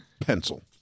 pencil